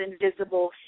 Invisible